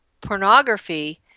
pornography